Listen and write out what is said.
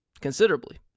considerably